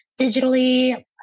digitally